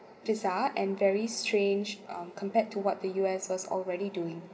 tisa and very strange um compared to what the U_S was already doing